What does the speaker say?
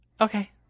Okay